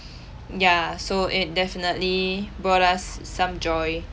ya so it definitely brought us some joy